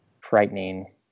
frightening